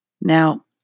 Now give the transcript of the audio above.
Now